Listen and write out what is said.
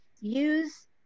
use